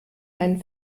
einen